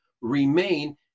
remain